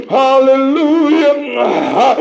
hallelujah